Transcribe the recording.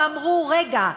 ואמרו: רגע,